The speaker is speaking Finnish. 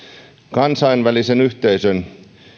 kansainvälisen yhteisön